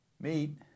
meet